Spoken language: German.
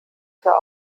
für